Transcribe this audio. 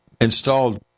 installed